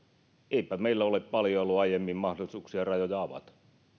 eipä meillä ole paljon ollut aiemmin mahdollisuuksia rajoja